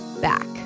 back